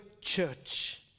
church